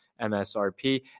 MSRP